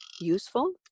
useful